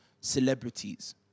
celebrities